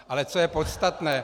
Ale co je podstatné.